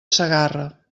segarra